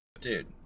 Dude